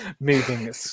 moving